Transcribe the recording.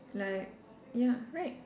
like ya right